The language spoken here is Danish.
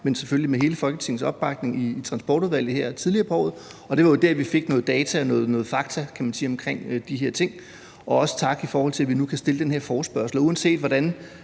men selvfølgelig med hele Folketingets opbakning, i Transportudvalget her tidligere på året. Det var jo der, vi fik nogle data og nogle fakta om de her ting. Også tak for, at vi nu kan stille den her forespørgsel. Uanset hvordan